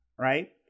Right